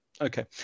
Okay